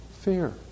fear